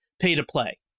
pay-to-play